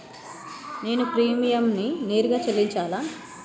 నేను ప్రీమియంని నేరుగా చెల్లించాలా?